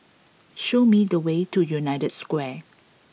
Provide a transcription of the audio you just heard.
show me the way to United Square